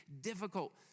difficult